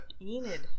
Enid